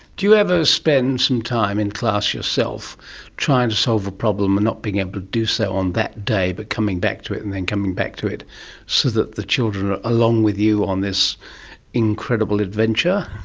do you ever spend some time in class yourself trying to solve a problem and not being able to do so on that day but coming back to it and then coming back to it so that the children are along with you on this incredible adventure?